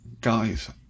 guys